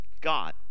God